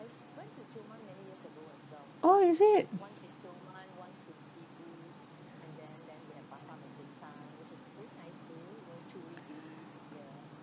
orh is it